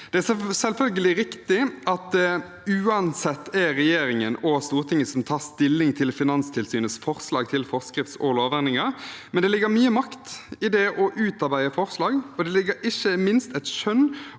Det er selvfølgelig riktig at det uansett er regjeringen og Stortinget som må ta stilling til Finanstilsynets forslag til forskrifts- og lovendringer, men det ligger mye makt i det å utarbeide forslag, og det ligger ikke minst et skjønn